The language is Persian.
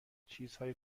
چیزهای